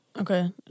Okay